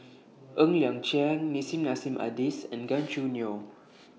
Ng Liang Chiang Nissim Nassim Adis and Gan Choo Neo